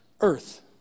earth